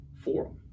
forum